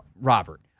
Robert